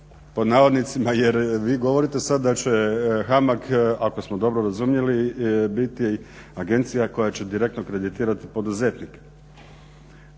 pod navodnicima jer vi govorite sada da će HAMAG ako smo dobro razumjeli biti agencija koja će direktno kreditirati poduzetnike.